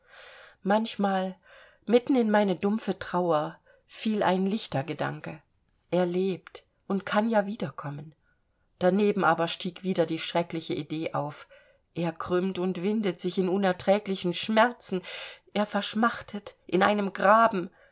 manchmal mitten in meine dumpfe trauer fiel ein lichter gedanke er lebt und kann ja wiederkommen daneben aber stieg wieder die schreckliche idee auf er krümmt und windet sich in unerträglichen schmerzen er verschmachtet in einem graben